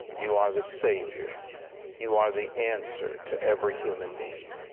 you are the savior you are the answer to every human need.